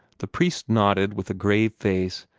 the priest nodded with a grave face,